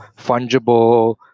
fungible